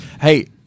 hey